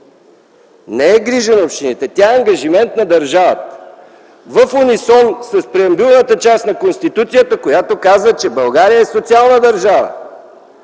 Не е грижа на общините, тя е ангажимент на държавата. В унисон с преамбюлната част на Конституцията, която казва, че България е социална държава